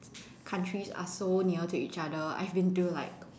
countries are so near to each other I've been to like